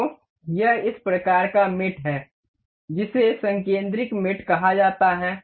तो यह इस प्रकार का मेट है जिसे संकिंद्रिक मेट कहा जाता है